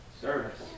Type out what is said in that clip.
Service